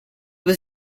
was